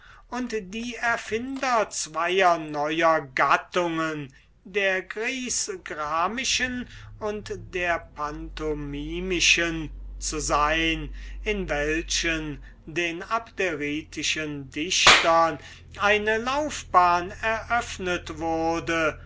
und die erfinder zwoer neuer gattungen der grißgrammischen und der pantomimischen zu sein in welchen den abderitischen dichtern eine laufbahn eröffnet wurde